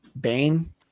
Bane